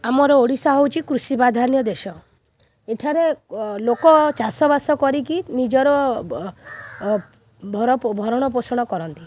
ଆମର ଓଡ଼ିଶା ହଉଛି କୃଷି ପ୍ରାଧାନ୍ୟ ଦେଶ ଏଠାରେ ଲୋକ ଚାଷ ବାସ କରିକି ନିଜର ଭରଣ ପୋଷଣ କରନ୍ତି